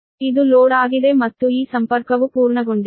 ಇದು ಲೋಡ್ ಆಗಿದೆ ಮತ್ತು ಈ ಸಂಪರ್ಕವು ಪೂರ್ಣಗೊಂಡಿದೆ